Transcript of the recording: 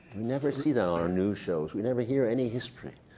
never see that our new shows. we never hear any history.